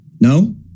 No